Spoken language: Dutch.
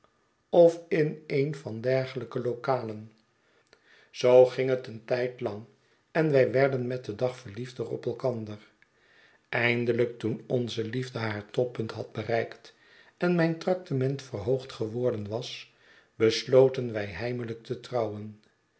of in een van dergelijke lokalen zoo ging het een tijd lang en wij werden met den dag verliefder op elkander eindelijk toeh onze liefde haar toppunt had bereikt en mijn traktement verhoogd geworden was besloten wy heimelijk te trouwen